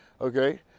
Okay